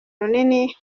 runini